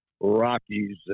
Rockies